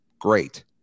great